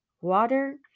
Water